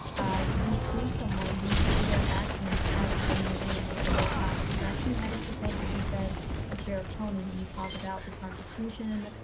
you see someone who through their actions, has been moving in a very positive direction and i guess the same could be said for ah sheriff tony, when you talk about the prosecution,